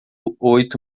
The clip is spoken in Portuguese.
oito